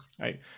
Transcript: right